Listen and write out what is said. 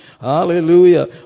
Hallelujah